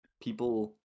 People